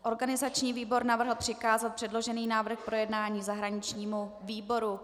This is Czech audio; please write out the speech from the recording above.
Organizační výbor navrhl přikázat předložený návrh k projednání zahraničnímu výboru.